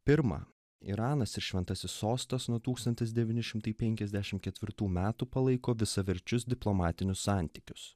pirma iranas ir šventasis sostas nuo tūkstantis devyni šimtai penkiasdešim ketvirtų metų palaiko visaverčius diplomatinius santykius